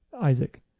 Isaac